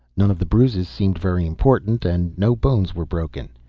none of the bruises seemed very important, and no bones were broken.